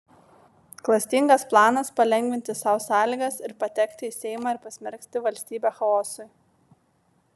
klastingas planas palengvinti sau sąlygas patekti į seimą ir pasmerkti valstybę chaosui